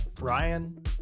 Ryan